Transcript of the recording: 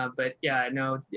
ah but yeah, i know.